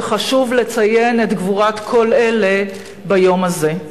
וחשוב לציין את גבורת כל אלה ביום הזה.